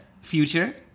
Future